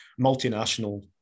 multinational